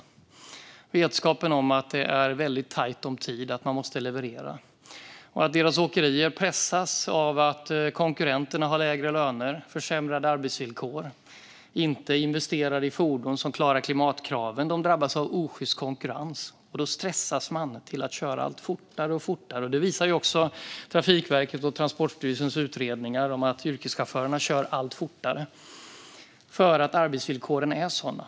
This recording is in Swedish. Det är vetskapen om att det är väldigt tajt om tid, att man måste leverera och att deras åkerier pressas av att konkurrenterna har lägre löner, sämre arbetsvillkor och inte investerar i fordon som klarar klimatkraven. De drabbas av osjyst konkurrens, och då stressas man till att köra allt fortare. Även Trafikverkets och Transportstyrelsens utredningar visar att yrkeschaufförer kör allt fortare för att arbetsvillkoren är sådana.